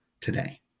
Today